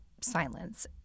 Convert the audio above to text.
silence